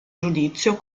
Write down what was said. giudizio